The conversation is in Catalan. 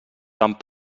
tant